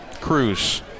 Cruz